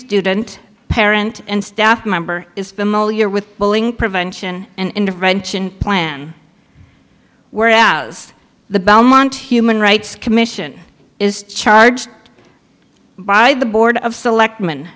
student parent and staff member is familiar with bullying prevention and intervention plan where out the belmont human rights commission is charged by the board of selectmen